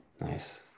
Nice